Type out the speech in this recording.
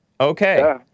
Okay